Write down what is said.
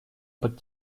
под